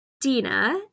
Dina